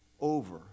over